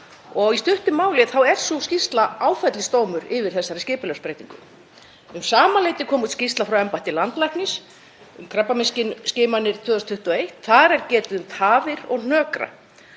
Í stuttu máli er sú skýrsla áfellisdómur yfir þessari skipulagsbreytingu. Um sama leyti kom út skýrsla frá embætti landlæknis um krabbameinsskimanir 2021. Þar er getið um tafir og hnökra.